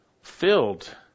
filled